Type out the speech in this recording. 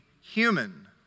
human